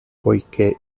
poiché